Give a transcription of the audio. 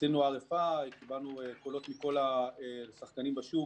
עשינו RFI, קיבלנו קולות מכל השחקנים בשוק